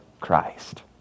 Christ